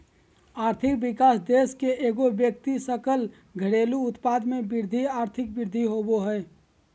आर्थिक विकास देश के एगो व्यक्ति सकल घरेलू उत्पाद में वृद्धि आर्थिक वृद्धि होबो हइ